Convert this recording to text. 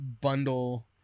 Bundle